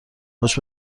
خوش